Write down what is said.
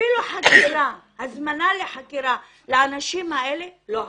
אפילו חקירה, הזמנה לחקירה לאנשים האלה לא הייתה.